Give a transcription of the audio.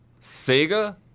Sega